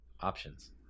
Options